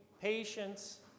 patience